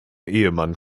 ehemann